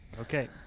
Okay